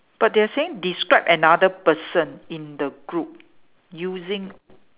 but they are saying describe another person in the group using